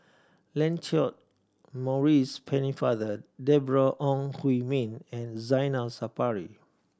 Lancelot Maurice Pennefather Deborah Ong Hui Min and Zainal Sapari